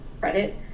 credit